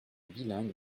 bilingues